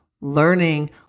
learning